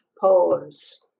poems